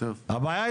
הבעיה היא